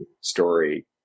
story